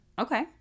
Okay